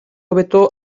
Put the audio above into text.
hobeto